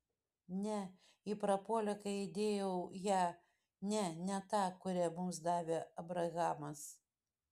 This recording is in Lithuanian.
ne ji prapuolė kai įdėjau ją ne ne tą kurią mums davė abrahamas